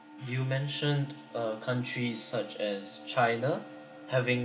you mentioned uh countries such as china having